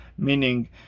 Meaning